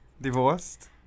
divorced